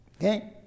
Okay